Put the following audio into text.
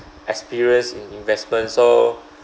experience in investments so